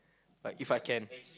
like If I can